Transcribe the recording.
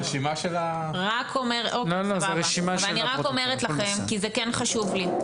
אני רק אומרת לכם כי זה כן חשוב לי.